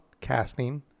casting